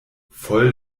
voll